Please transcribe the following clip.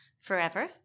forever